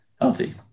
healthy